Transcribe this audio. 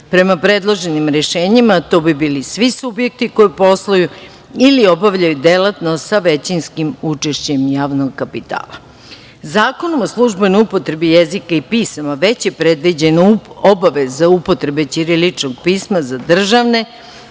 Prema predloženim rešenjima, to bi bili svi subjekti koji posluju ili obavljaju delatnost sa većinskim učešćem javnog kapitala. Zakonom o službenoj upotrebi jezika i pisma već je predviđena obaveza upotrebe ćiriličnog pisma za državne,